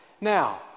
Now